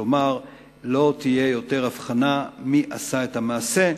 כלומר לא תהיה יותר הבחנה מי עשה את המעשה,